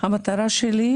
המטרה שלי,